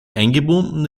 eingebunden